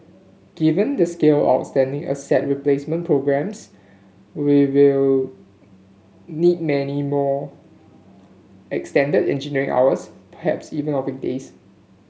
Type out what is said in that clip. given the scale outstanding asset replacement programmes we will need many more extended engineering hours perhaps even on weekdays